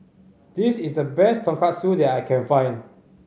this is the best Tonkatsu that I can find